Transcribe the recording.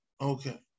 Okay